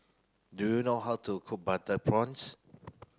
do you know how to cook butter prawns